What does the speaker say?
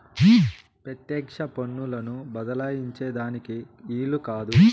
పెత్యెక్ష పన్నులను బద్దలాయించే దానికి ఈలు కాదు